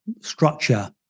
structure